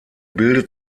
bildet